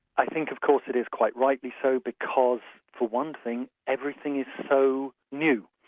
i think of course it is quite rightly so, because for one thing, everything is so new.